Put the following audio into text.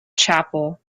chapel